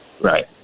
Right